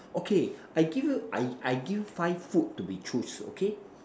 okay I give you I I give five food to be choose okay